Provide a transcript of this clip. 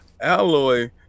Alloy